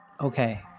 Okay